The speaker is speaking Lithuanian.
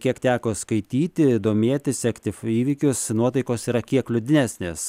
kiek teko skaityti domėtis sekti įvykius nuotaikos yra kiek liūdnesnės